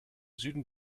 süden